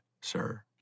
sir